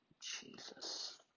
Jesus